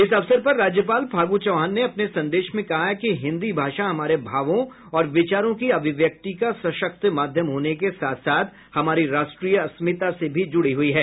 इस अवसर पर राज्यपाल फागू चौहान ने अपने संदेश में कहा है कि हिन्दी भाषा हमारे भावों और विचारों की अभिव्यक्ति का सशक्त माध्यम होने के साथ साथ हमारी राष्ट्रीय अस्मिता से भी जुड़ी हुई है